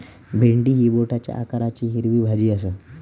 भेंडी ही बोटाच्या आकाराची हिरवी भाजी आसा